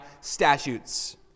statutes